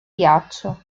ghiaccio